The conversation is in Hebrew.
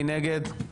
מי נגד?